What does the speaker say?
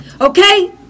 Okay